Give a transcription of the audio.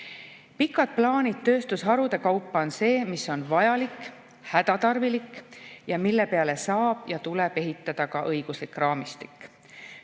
Pikad plaanid tööstusharude kaupa on vajalikud, hädatarvilikud ning nende peale saab ja tuleb ehitada ka õiguslik raamistik.